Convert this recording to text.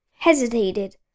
hesitated